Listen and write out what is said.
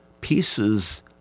pieces